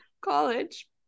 college